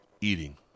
eating